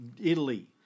Italy